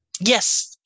Yes